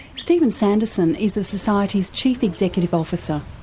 steven sanderson is the society's chief executive officer.